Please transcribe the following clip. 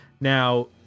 Now